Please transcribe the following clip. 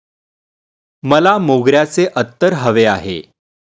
मला मोगऱ्याचे अत्तर हवे आहे